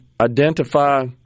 identify